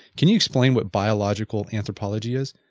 can you explain what biological anthropology is?